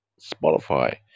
spotify